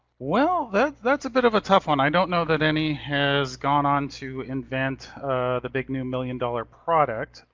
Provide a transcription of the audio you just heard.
well, that's that's a bit of a tough one. i don't know that any has gone on to invent the big new one million dollars product,